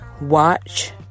watch